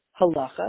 halacha